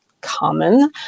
common